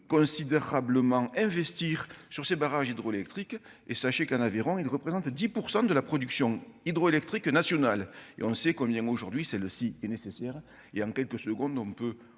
considérablement investir sur ses barrages hydroélectriques et sachez qu'un navire en ils représentent 10 % de la production hydroélectrique national et on sait combien aujourd'hui, c'est le s'il est nécessaire et en quelques secondes, on peut